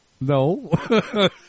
No